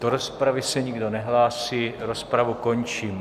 Do rozpravy se nikdo nehlásí, rozpravu končím.